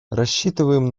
рассчитываем